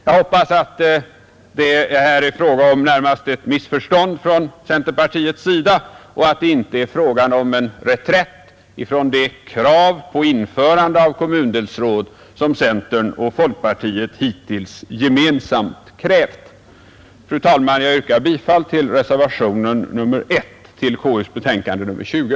Jag hoppas att det här närmast är fråga om ett missförstånd från centerpartiets sida och inte om en reträtt från det krav på införande av kommundelsråd som centerpartiet och folkpartiet hittills gemensamt har drivit. Fru talman! Jag yrkar bifall till reservationen 1 vid konstitutionsutskottets betänkande nr 20.